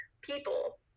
people